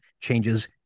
changes